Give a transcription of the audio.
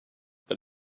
but